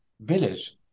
village